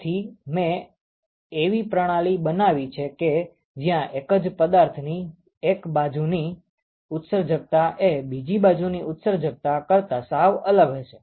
તેથી મે એવી પ્રણાલી બનાવી છે કે જ્યાં એક જ પદાર્થની એક બાજુની ઉત્સર્જકતા એ બીજી બાજુની ઉત્સર્જકતા કરતા સાવ અલગ હશે